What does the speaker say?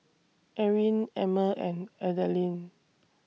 Erin Emmer and Adalynn